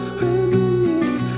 reminisce